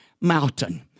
mountain